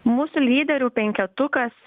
mūsų lyderių penketukas